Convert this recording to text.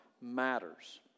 matters